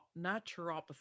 naturopathy